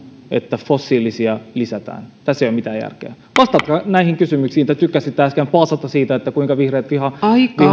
että fossiilisia lisätään tässä ei ole mitään järkeä vastatkaa näihin kysymyksiin te tykkäsitte äsken paasata siitä kuinka vihreät vihaavat